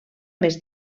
més